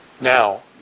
Now